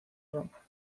roma